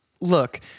look